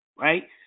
Right